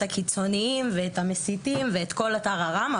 הקיצוניים ואת המסיתים ואת כל הטררם,